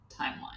timeline